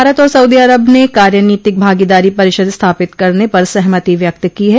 भारत और सऊदी अरब ने कार्यनीतिक भागीदारी परिषद स्थापित करने पर सहमति व्यक्त की है